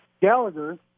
Gallagher